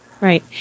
Right